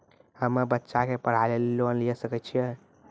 हम्मे बच्चा के पढ़ाई लेली लोन लिये सकय छियै?